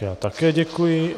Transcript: Já také děkuji.